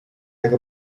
like